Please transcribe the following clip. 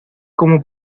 como